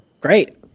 Great